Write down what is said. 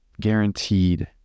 guaranteed